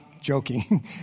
Joking